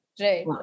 right